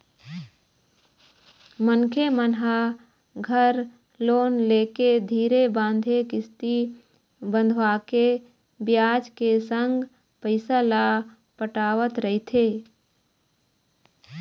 मनखे मन ह घर लोन लेके धीरे बांधे किस्ती बंधवाके बियाज के संग पइसा ल पटावत रहिथे